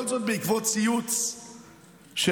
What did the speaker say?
כל זה בעקבות ציוץ שלי